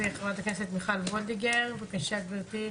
חברת הכנסת מיכל וולדיגר, בבקשה גבירתי.